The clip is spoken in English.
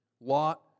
Lot